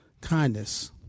kindness